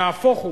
נהפוך הוא,